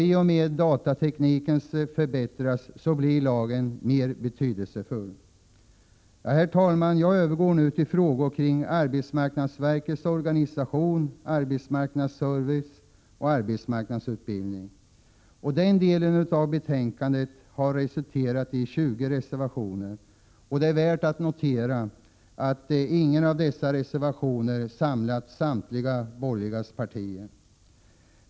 I och med att datatekniken förbättras blir lagen mer betydelsefull. Herr talman! Jag övergår nu till frågor kring arbetsmarknadsverkets organisation, arbetsmarknadsservice och arbetsmarknadsutbildning. Den delen av betänkandet har resulterat i 20 reservationer. Det är värt att notera att ingen av dessa reservationer samlat samtliga borgerliga partier.